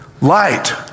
Light